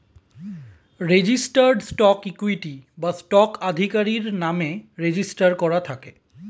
registered stock equity বা stock আধিকারির নামে রেজিস্টার করা থাকে